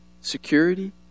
Security